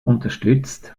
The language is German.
unterstützt